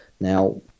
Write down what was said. Now